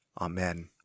Amen